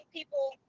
people